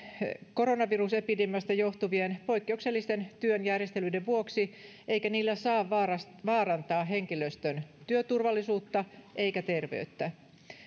koronavirusepidemiasta johtuvien poikkeuksellisten työn järjestelyiden vuoksi eikä niillä saa vaarantaa vaarantaa henkilöstön työturvallisuutta eikä terveyttä